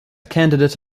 candidate